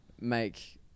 make